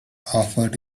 offered